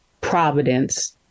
providence